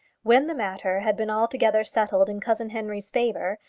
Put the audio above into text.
when the matter had been altogether settled in cousin henry's favour,